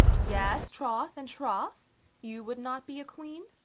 yes troth, and troth you would not be a queen?